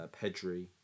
Pedri